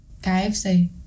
KFC